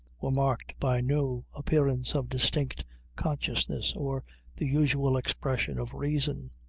were marked by no appearance of distinct consciousness, or the usual expression of reason.